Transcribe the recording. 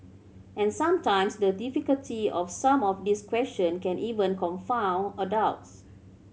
and sometimes the difficulty of some of these question can even confound adults